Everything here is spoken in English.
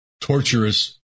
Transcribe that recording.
torturous